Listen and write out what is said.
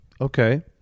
Okay